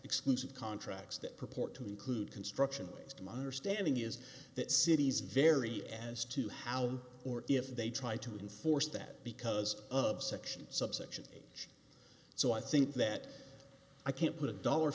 exclusive contracts that purport to include construction please my understanding is that cities vary as to how long or if they try to enforce that because of section subsection so i think that i can't put a dollar